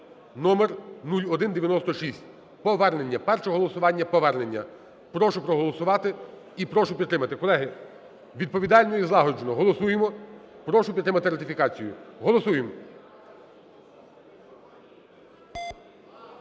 (№ 0196). Повернення. Перше голосування – повернення. Прошу проголосувати і прошу підтримати. Колеги, відповідально і злагоджено голосуємо. Прошу підтримати ратифікацію. Голосуємо.